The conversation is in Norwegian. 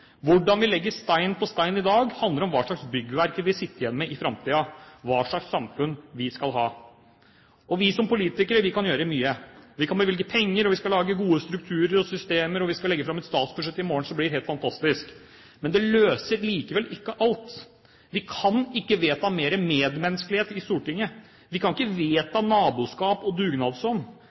Hvordan vi legger stein på stein i dag, handler om hva slags byggverk vi vil sitte igjen med i framtiden – hva slags samfunn vi skal ha. Vi som politikere kan gjøre mye. Vi kan bevilge penger, vi kan lage gode strukturer og systemer, og vi skal legge fram et statsbudsjett i morgen som blir helt fantastisk. Men det løser likevel ikke alt. Vi kan ikke vedta mer medmenneskelighet i Stortinget. Vi kan ikke vedta naboskap og